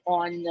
on